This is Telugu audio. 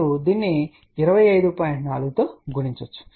4 తో గుణించవచ్చు